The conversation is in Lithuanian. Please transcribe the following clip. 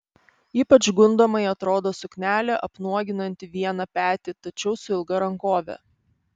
ypač gundomai atrodo suknelė apnuoginanti vieną petį tačiau su ilga rankove